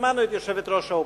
שמענו את יושבת-ראש האופוזיציה,